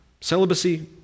Celibacy